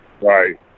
Right